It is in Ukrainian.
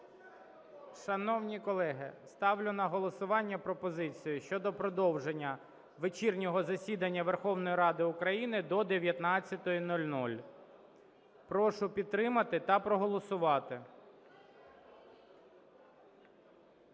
Шановні колеги, ставлю на голосування пропозицію щодо продовження вечірнього засідання Верховної Ради України до 19:00. Прошу підтримати та проголосувати.